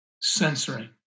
censoring